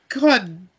God